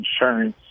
insurance